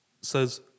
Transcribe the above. says